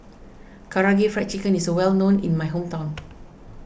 Karaage Fried Chicken is well known in my hometown